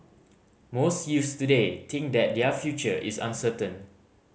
most youths today think that their future is uncertain